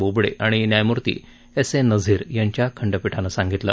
बोबडे आणि न्यायमूर्ती S A Nazeer यांच्या खंडपीठानं सांगितलं